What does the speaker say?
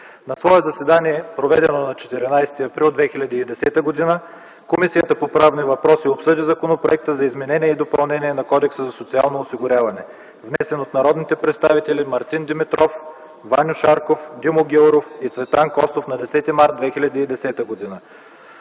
На свое заседание, проведено на 14 април 2010 г., Комисията по правни въпроси обсъди Законопроекта за изменение и допълнение на Кодекса за социално осигуряване, внесен от народните представители Мартин Димитров, Ваньо Шарков, Димо Гяуров и Цветан Костов на 10 март 2010 г.